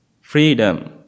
freedom